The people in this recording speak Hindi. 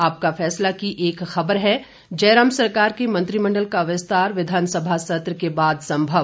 आपका फैसला की एक खबर है जयराम सरकार के मंत्रिमंडल का विस्तार विधानसभा सत्र के बाद संभव